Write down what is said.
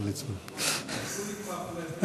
כדי לשמור על רמת שקיפות